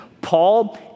Paul